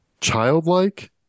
childlike